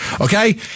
Okay